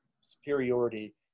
superiority